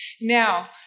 Now